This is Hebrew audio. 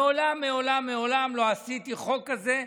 מעולם מעולם מעולם לא עשיתי חוק כזה.